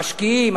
המשקיעים,